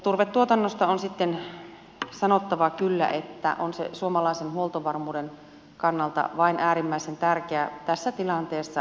turvetuotannosta on sitten sanottava kyllä että on se suomalaisen huoltovarmuuden kannalta vain äärimmäisen tärkeää tässä tilanteessa